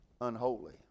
Unholy